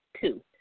two